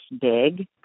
big